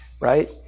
right